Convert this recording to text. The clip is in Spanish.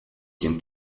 quien